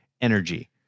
Energy